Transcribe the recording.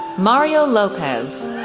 mario lopez,